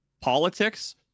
politics